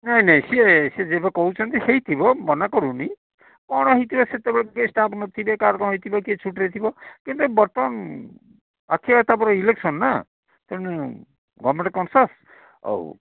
ନାହିଁ ନାହିଁ ସିଏ ସିଏ ଯେବେ କହୁଛନ୍ତି ହେଇଥିବ ମୁଁ ମନା କରୁନି କ'ଣ ହେଇଥିବ କିଏ ଷ୍ଟାଫ୍ ନଥିବେ କାହାର କ'ଣ ହେଇଥିବ କିଏ ଛୁଟିରେ ଥିବ କିନ୍ତୁ ବର୍ତ୍ତମାନ ଆସିଗଲା ଇଲେକ୍ସନ୍ ନା ତେଣୁ ଗଭର୍ନମେଣ୍ଟ କନ୍ସିୟସ୍ ଆଉ